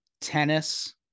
tennis